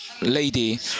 lady